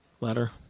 letter